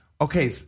Okay